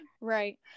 right